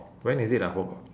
when is it ah forgot